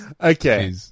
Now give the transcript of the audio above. okay